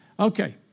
Okay